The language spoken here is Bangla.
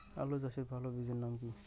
আলু চাষের ভালো বীজের নাম কি?